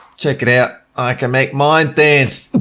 check it out, i can make mine dance.